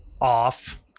Off